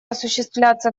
осуществляться